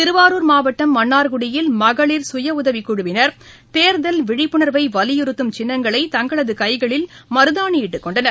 திருவாரூர் மாவட்டம் மன்னார்குடியில் மகளிர் சுயஉதவிக் குழுவினர் தேர்தல் விழிப்புணர்வைவலியுறுத்தும் சின்னங்களை தங்களதுகைகளில் மருதாணியிட்டுக் கொண்டனர்